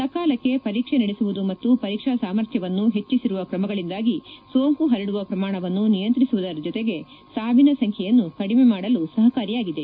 ಸಕಾಲಕ್ಷೆ ಪರೀಕ್ಷೆ ನಡೆಸುವುದು ಮತ್ತು ಪರೀಕ್ಷಾ ಸಾಮರ್ಥ್ಯವನ್ನು ಹೆಚ್ಚಿಚರುವ ಕ್ರಮಗಳಿಂದಾಗಿ ಸೋಂಕು ಹರಡುವ ಪ್ರಮಾಣವನ್ನು ನಿಯಂತ್ರಿಸುವುದರ ಜೊತೆಗೆ ಸಾವಿನ ಸಂಖ್ಲೆಯನ್ನು ಕಡಿಮೆ ಮಾಡಲು ಸಹಕಾರಿಯಾಗಿದೆ